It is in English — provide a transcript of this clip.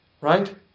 right